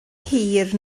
hir